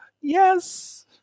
yes